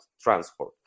transport